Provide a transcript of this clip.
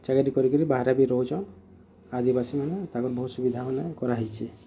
ଚାକିରି କରି କରି ବାହାରେ ବି ରହୁଛନ୍ ଆଦିବାସୀ ମାନେ ତାକୁଁ ବହୁତ୍ ସୁବିଧା ମାନେ କରାହେଇଛେ